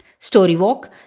StoryWalk